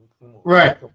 Right